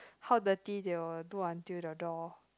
how dirty they will do until the door